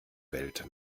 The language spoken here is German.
welt